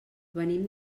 venim